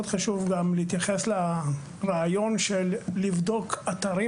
מאוד חשוב גם להתייחס לרעיון של בדיקת אתרים